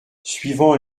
suivant